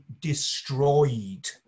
destroyed